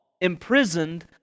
imprisoned